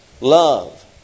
love